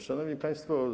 Szanowni Państwo!